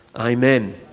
Amen